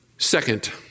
Second